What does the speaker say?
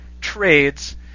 trades